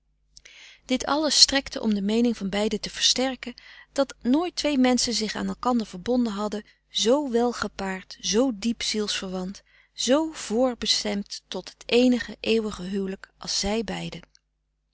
dit alles strekte om de meening van beiden te versterken dat nooit twee menschen zich aan elkander verbonden hadden z wel gepaard z diep zielsverwant z vrbestemd tot het eenige eeuwige huwelijk als zij beiden